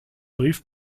brief